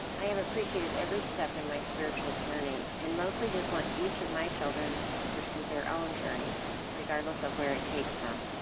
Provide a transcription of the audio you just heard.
i have appreciated every step in my spiritual journey and mostly just want each of my children to pursue their own journey regardless of where it takes them